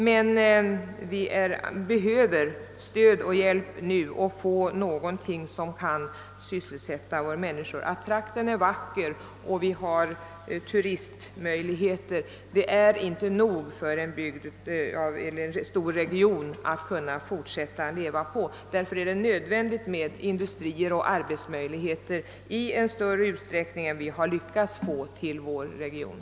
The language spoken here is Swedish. Men vi behöver stöd och hjälp nu, vi behöver ytterligare sysselsättning för människorna i bygden. Att trakten är vacker och att vi har goda möjligheter för turism är inte nog; en bygd eller en stor region kan inte fortsätta att leva enbart med sådant som bas. Nej, det behövs industrier och arbetsmöjligheter i större utsträckning än vi hittills lyckats få till vår region.